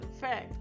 fair